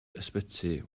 ysbyty